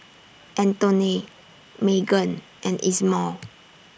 Antoine Maegan and Ismael